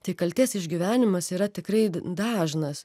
tai kaltės išgyvenimas yra tikrai dažnas